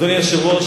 אדוני היושב-ראש,